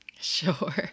sure